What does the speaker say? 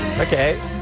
Okay